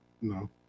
No